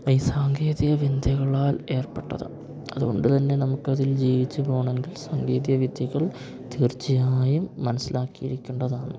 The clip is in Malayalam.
ഈ സാങ്കേതിക വിദ്യകളാൽ ഏർപ്പെട്ടതാണ് അതുകൊണ്ടുതന്നെ നമുക്കതിൽ ജീവിച്ചു പോകണമെങ്കിൽ സാങ്കേതിക വിദ്യകൾ തീർച്ചയായും മനസ്സിലാക്കിയിരിക്കേണ്ടതാണ്